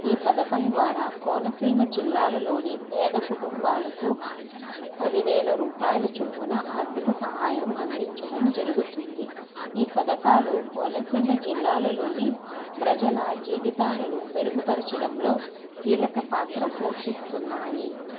ఈ పథకం ద్వారా కోనసీమ జిల్లాలలోని పేదకుటుంబాలకు పదివేల రూపాయల చొప్పున ఆర్థిక సహాయం అందించడం జరుగుతుంది ఈ పథకాలు కోనసీమ జిల్లాలలోని ప్రజల జీవితాలను మెరుగుపరచడంలో కీలక పాత్ర పోషిస్తున్నాయి